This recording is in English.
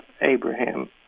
Abraham